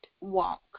walk